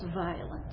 violence